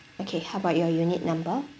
okay how about your unit number